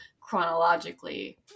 chronologically